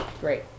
Great